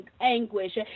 anguish